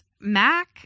Mac